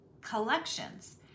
collections